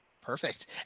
Perfect